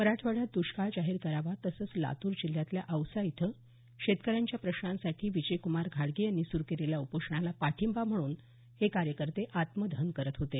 मराठवाड्यात द्ष्काळ जाहीर करावा तसंच लातूर जिल्ह्यातल्या औसा इथं शेतकऱ्यांच्या प्रश्नांसाठी विजयकुमार घाडगे यांनी सुरू केलेल्या उपोषणाला पाठिंबा म्हणून हे कार्यकर्ते आत्मदहन करत होते